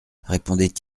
répondait